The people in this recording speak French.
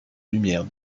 lumière